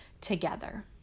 together